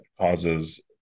causes